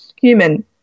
human